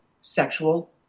sexual